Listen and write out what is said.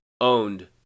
owned